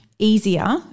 easier